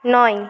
নয়